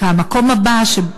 זה החברה להגנת הטבע.